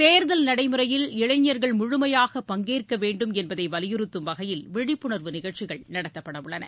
தேர்தல் நடைமுறையில் இளைஞர்கள் முழுமையாக பங்கேற்க வேண்டும் என்பதை வலியுறுத்தும் வகையில் விழிப்புணர்வு நிகழ்ச்சிகள் நடத்தப்படவுள்ளன